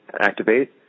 activate